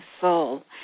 soul